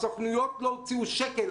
הסוכנויות לא הוציאו שקל,